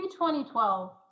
2012